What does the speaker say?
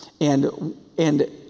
and—and